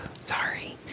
Sorry